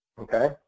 Okay